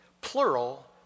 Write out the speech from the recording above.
Plural